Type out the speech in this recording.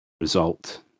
result